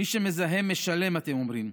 מי שמזהם משלם, אתם אומרים,